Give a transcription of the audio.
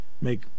make